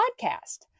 Podcast